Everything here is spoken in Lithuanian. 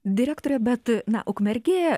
direktore bet na ukmergė